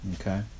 Okay